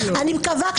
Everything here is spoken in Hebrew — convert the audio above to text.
אני מקווה,